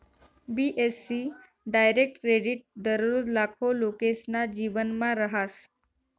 बी.ए.सी direct credit दररोज लाखो लोकेसना जीवनमा रहास